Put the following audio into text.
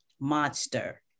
Monster